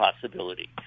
possibility